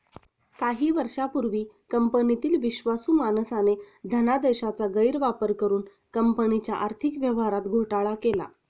काही वर्षांपूर्वी कंपनीतील विश्वासू माणसाने धनादेशाचा गैरवापर करुन कंपनीच्या आर्थिक व्यवहारात घोटाळा केला